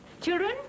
Children